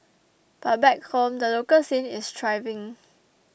but back home the local scene is thriving